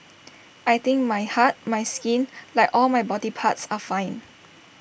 I think my heart my skin like all my body parts are fine